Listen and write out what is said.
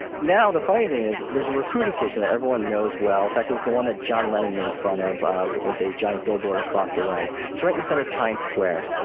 now the funny thing is there's a recruiting station everyone knows well, in fact it was the one that john lennon made fun of with a giant billboard across the way. it's right in the centre of times square,